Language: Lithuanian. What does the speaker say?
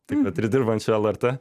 taip pat ir dirbančių lrt